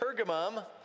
Pergamum